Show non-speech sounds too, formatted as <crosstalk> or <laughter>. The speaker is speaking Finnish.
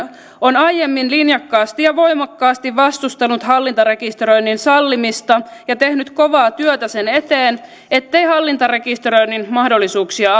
on aiemmin linjakkaasti ja voimakkaasti vastustanut hallintarekisteröinnin sallimista ja tehnyt kovaa työtä sen eteen ettei hallintarekisteröinnin mahdollisuuksia <unintelligible>